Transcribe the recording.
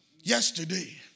yesterday